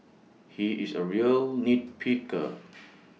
he is A real nit picker